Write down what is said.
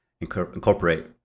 incorporate